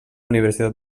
universitat